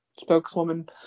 spokeswoman